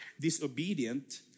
disobedient